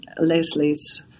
Leslie's